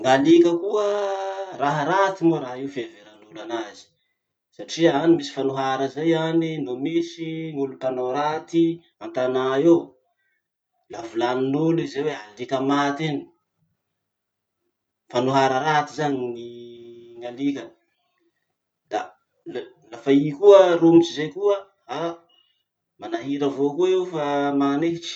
Gn'alika koa, raha raty moa raha io fiheveran'olo azy satria any misy fanohara zay any "laha misy olo mpanao raty an-tanà eo, la volanin'olo i zay hoe alika maty iny". Fanohara raty zany ny gn'alika. Da le la fa i koa romotsy zay koa, ah manahira avao koa io fa manehitsy.